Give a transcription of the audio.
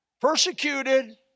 persecuted